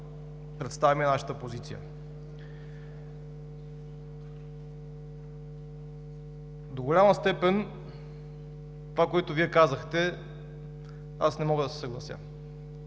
представим и нашата позиция. До голяма степен с това, което Вие казахте, аз не мога да се съглася.